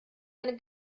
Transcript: eine